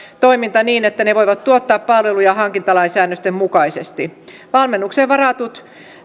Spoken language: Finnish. toiminta niin että ne voivat tuottaa palveluja hankintalain säännösten mukaisesti valmennukseen varatut